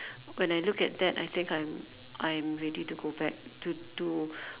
when I look at that I think I'm I'm ready to go back to to